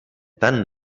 tan